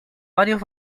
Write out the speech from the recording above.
varios